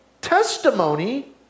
testimony